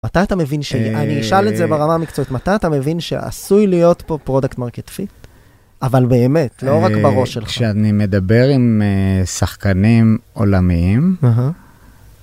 מתי אתה מבין ש... אני אשאל את זה ברמה המקצועית, מתי אתה מבין שעשוי להיות פה פרודקט מרקט פיט? אבל באמת, לא רק בראש שלך. כשאני מדבר עם שחקנים עולמיים,